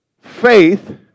faith